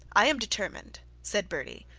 i am determined said bertie,